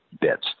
bits